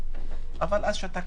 אבל אז שתקתם,